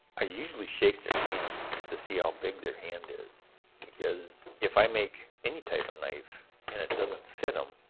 i usually shake their hand to see how big their hand is because if i make any type ah knife and it doesn't fit em,